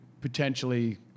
potentially